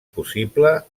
possible